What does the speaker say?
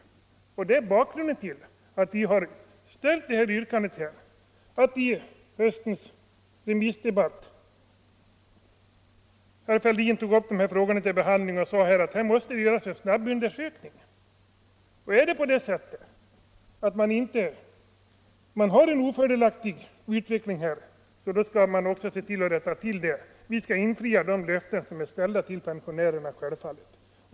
Det är bakgrunden till vårt motionsyrkande. Under höstens remissdebatt tog herr Fälldin upp detta problem till behandling och förklarade att en snabbundersökning måste göras. Är utvecklingen ofördelaktig för pensionärerna skall det rättas till. Vi måste självfallet infria de löften som givits till pensionärerna.